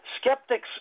skeptics